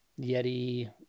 Yeti